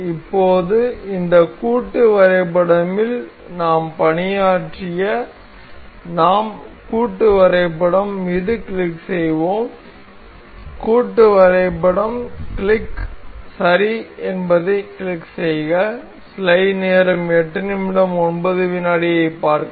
இப்போது இந்த கூட்டு வரைபடமில் நாம் பணியாற்ற நாம் கூட்டு வரைபடம் மீது கிளிக் செய்வோம் கூட்டு வரைபடம் கிளிக் சரி என்பதைக் கிளிக் செய்க